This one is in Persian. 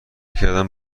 کردم